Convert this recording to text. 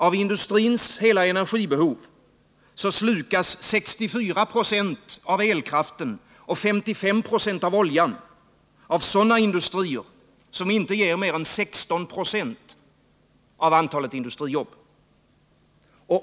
Av industrins hela energibehov slukas 64 96 av elkraften och 55 926 av oljan av sådana industrier som inte ger mer än 16 96 av antalet industrijobb.